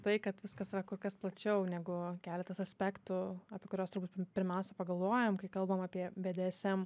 tai kad viskas yra kur kas plačiau negu keletas aspektų apie kuriuos turbūt pirmiausia pagalvojam kai kalbame apie bdsm